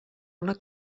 una